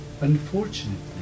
Unfortunately